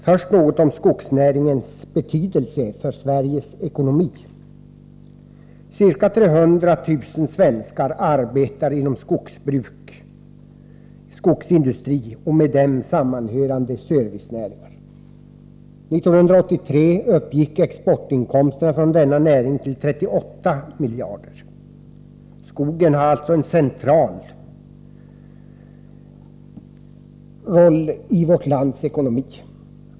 Först några ord om skogsnäringens betydelse för Sveriges ekonomi. Ca 300 000 svenskar arbetar inom skogsbruk, skogsindustri och med dem sammanhörande servicenäringar. År 1983 uppgick exportinkomsterna från denna näring till 38 miljarder. Skogen har alltså en central roll i vårt lands ekonomi.